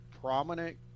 prominent